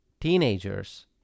teenagers